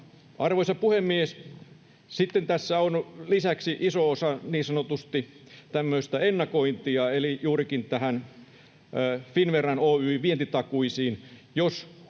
Arvoisa puhemies! Sitten tässä on lisäksi iso osa niin sanotusti tämmöistä ennakointia eli juurikin tähän Finnvera Oyj:n vientitakuisiin. Jos huonosti